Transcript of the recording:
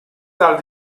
tale